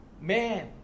man